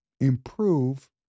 improve